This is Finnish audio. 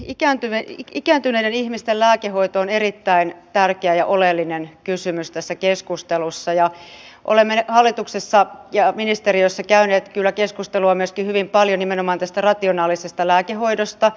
tämä ikääntyneiden ihmisten lääkehoito on erittäin tärkeä ja oleellinen kysymys tässä keskustelussa ja olemme hallituksessa ja ministeriössä käyneet kyllä keskustelua hyvin paljon nimenomaan myöskin tästä rationaalisesta lääkehoidosta